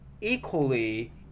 equally